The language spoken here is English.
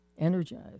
Energized